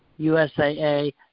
USAA